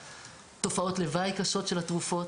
תופעות לוואי קשות של התרופות,